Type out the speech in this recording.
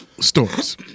Stories